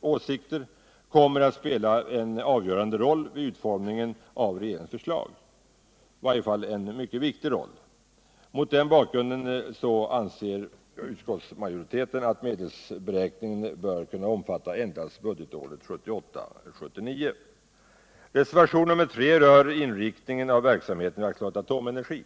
åsikter, kommer att spela en avgörande roll vid utformningen av regeringens förslag — i varje fall en mycket viktig roll. Mot den bakgrunden anser utskottsmajoritelen att medelsberäkningen bör kunna omfatta endast budgetåret 1978/79. Reservationen 3 vid betänkandet nr 68 rör inriktningen av verksamheten vid AB Atomenergi.